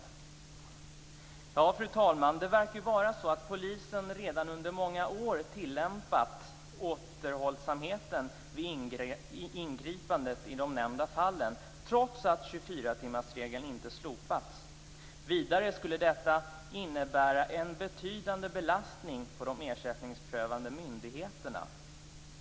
Det verkar ju, fru talman, vara så att polisen redan under många år har tillämpat återhållsamhet vid ingripande i de nämnda fallen trots att 24-timmarsregeln inte slopats. Vidare skulle detta innebära en betydande belastning för de ersättningsprövande myndigheterna.